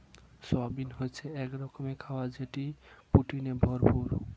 soybean হচ্ছে এক রকমের খাবার যেটা প্রোটিনে ভরপুর